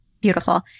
Beautiful